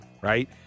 right